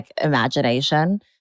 imagination